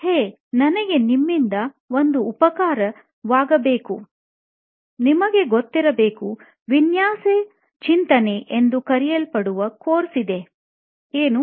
ಹೇ ನನಗೆ ನಿಮ್ಮಿಂದ ಒಂದು ಉಪಕಾರವಾಗ ಬೇಕು ನಿಮಗೆ ಗೊತ್ತಿರಬೇಕು ವಿನ್ಯಾಸ ಚಿಂತನೆ ಎಂದು ಕರೆಯಲ್ಪಡುವ ಕೋರ್ಸ್ ಇದೆ ಏನು